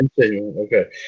Okay